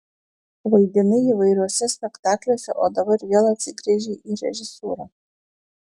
vaidinai įvairiuose spektakliuose o dabar vėl atsigręžei į režisūrą